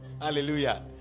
Hallelujah